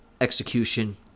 execution